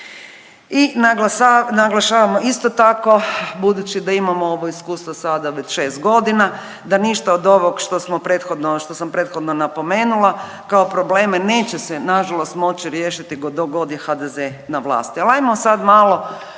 I naglašavamo isto tako budući da imamo ovo iskustvo sada već 6 godina da ništa od ovog što smo prethodno, što sam prethodno napomenula kao probleme neće se na žalost moći riješiti dok god je HDZ na vlasti.